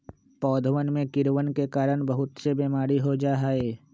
पौधवन में कीड़वन के कारण बहुत से बीमारी हो जाहई